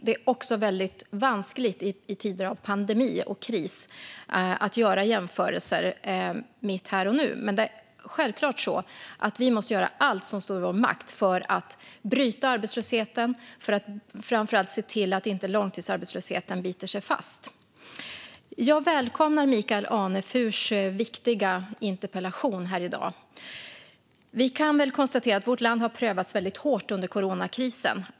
Det är också väldigt vanskligt i tider av pandemi och kris att göra jämförelser här och nu. Men självklart måste vi göra allt som står i vår makt för att bryta arbetslösheten och framför allt se till att långtidsarbetslösheten inte biter sig fast. Jag välkomnar Michael Anefurs viktiga interpellation här i dag. Vi kan väl konstatera att vårt land har prövats väldigt hårt under coronakrisen.